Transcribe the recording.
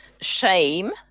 shame